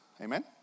Amen